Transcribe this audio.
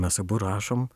mes abu rašom